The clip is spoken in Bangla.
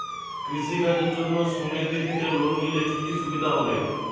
কৃষি কাজের জন্য সুমেতি থেকে লোন নিলে কি কি সুবিধা হবে?